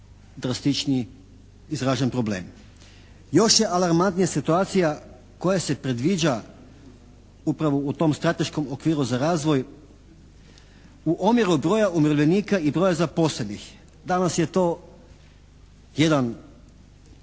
drastičniji izražen problem. Još je alarmantnija situacija koja se predviđa upravo u tom Strateškom okviru za razvoj u omjeru broja umirovljenika i broja zaposlenih. Danas je to jedan